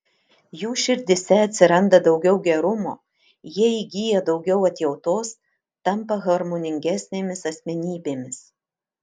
jų širdyse atsiranda daugiau gerumo jie įgyja daugiau atjautos tampa harmoningesnėmis asmenybėmis